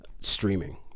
streaming